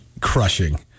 crushing